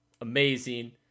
Amazing